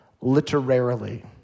literarily